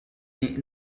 nih